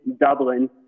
Dublin